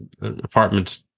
apartment